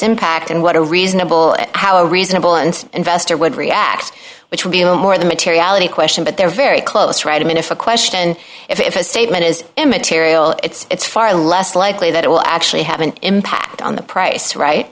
impact and what a reasonable how a reasonable and investor would react which would be a more the materiality question but they're very close right i mean if a question if a statement is immaterial it's far less likely that it will actually have an impact on the price right